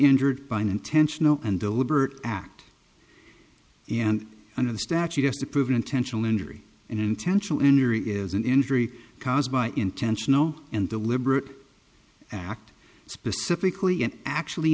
injured by an intentional and deliberate act and under the statute just to prove an intentional injury an intentional injury is an injury caused by intentional and deliberate act specifically and actually